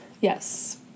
Yes